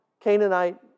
Canaanite